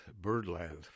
Birdland